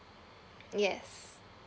yes